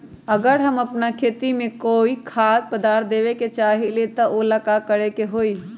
अगर हम अपना खेती में कोइ खाद्य पदार्थ देबे के चाही त वो ला का करे के होई?